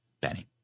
Benny